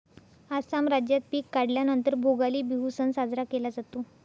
आसाम राज्यात पिक काढल्या नंतर भोगाली बिहू सण साजरा केला जातो